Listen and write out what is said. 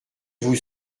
vous